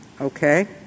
okay